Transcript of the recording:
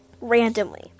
randomly